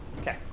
Okay